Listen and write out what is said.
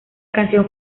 canción